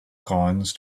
coins